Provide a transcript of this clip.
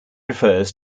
refers